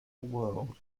world